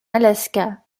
alaska